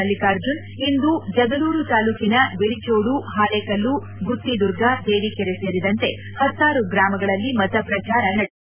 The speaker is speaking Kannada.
ಮಲ್ಲಿಕಾರ್ಜುನ್ ಇಂದು ಜಗಲೂರು ತಾಲ್ಲೂಕಿನ ಬಿಳಚೋಡು ಹಾಲೇಕಲ್ಲು ಗುತ್ತಿದುರ್ಗ ದೇವಿಕೆರೆ ಸೇರಿದಂತೆ ಹತ್ತಾರು ಗ್ರಾಮಗಳಲ್ಲಿ ಮತ ಪ್ರಚಾರ ನಡೆಸಿದರು